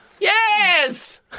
Yes